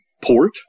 port